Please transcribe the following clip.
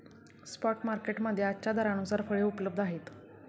spot market मध्ये आजच्या दरानुसार फळे उपलब्ध आहेत